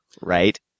right